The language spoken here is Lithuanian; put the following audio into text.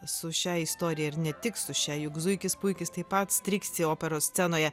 su šia istorija ir ne tik su šia juk zuikis puikis taip pat striksi operos scenoje